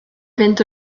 fynd